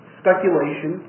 speculation